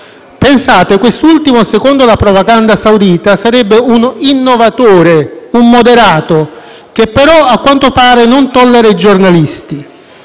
Pensate, quest'ultimo, secondo la propaganda saudita, sarebbe un innovatore e un moderato che, però, a quanto pare, non tollera i giornalisti.